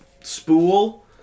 spool